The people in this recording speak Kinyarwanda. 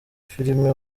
filime